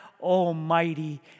almighty